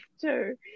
two